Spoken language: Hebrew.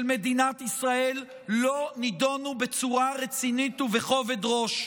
מדינת ישראל לא נדונו בצורה רצינית ובכובד ראש.